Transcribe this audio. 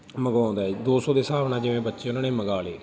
ਮੰਗਵਾਉਂਦਾ ਹੈ ਦੋ ਸੌ ਦੇ ਹਿਸਾਬ ਨਾਲ ਜਿਵੇਂ ਬੱਚੇ ਉਹਨਾਂ ਨੇ ਮੰਗਵਾ ਲਏ